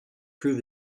prove